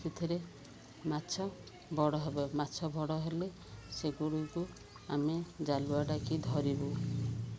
ସେଥିରେ ମାଛ ବଡ଼ ହବ ମାଛ ବଡ଼ ହେଲେ ସେଗୁଡ଼ିକ ଆମେ ଜାଲୁଆ ଡାକି ଧରିବୁ